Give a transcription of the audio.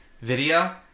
video